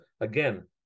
again